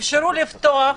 אפשרו לפתוח